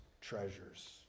treasures